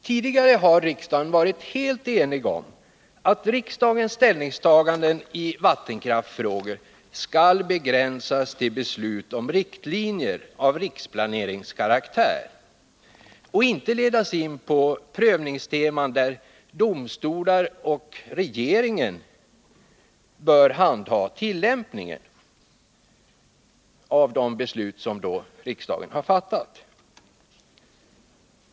Tidigare har riksdagen varit helt enig om att riksdagens ställningstagande i vattenkraftsfrågor skall begränsas till beslut om riktlinjer av riksplaneringskaraktär och inte ledas in på prövningsteman, där domstolar och regering bör handha tillämpningen av de beslut som riksdagen har fattat.